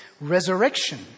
resurrection